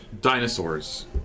dinosaurs